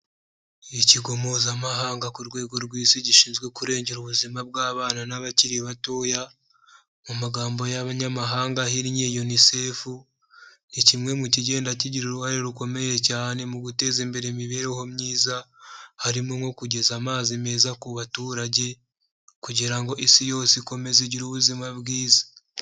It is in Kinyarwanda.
Ikigo Mpuzamahanga ku rwego rw'isi gishinzwe kurengera ubuzima bw'abana n'abakiri batoya, mu magambo y'abanyamahanga ahinnye UNICEF, ni kimwe mu kigenda kigira uruhare rukomeye cyane mu guteza imbere imibereho myiza, harimo nko kugeza amazi meza ku baturage kugira ngo isi yose ikomeze igire ubuzima bwiza.